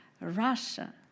Russia